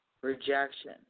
Rejection